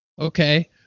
Okay